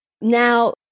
Now